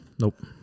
nope